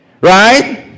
right